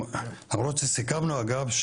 למרות שסיכמנו אגב,